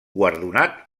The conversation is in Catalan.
guardonat